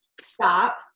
stop